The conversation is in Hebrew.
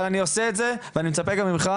אבל אני עושה את זה ואני מצפה גם ממך